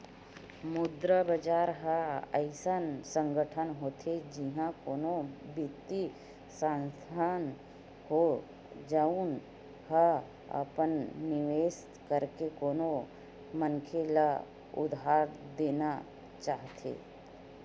मुद्रा बजार ह अइसन संगठन होथे जिहाँ कोनो बित्तीय संस्थान हो, जउन ह अपन निवेस करके कोनो मनखे ल उधार देना चाहथे